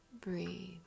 breathe